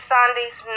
Sunday's